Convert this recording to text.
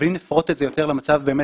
אבל אם נפרוט את זה למצב בתוך